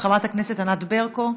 חברת הכנסת ענת ברקו,